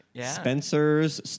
Spencer's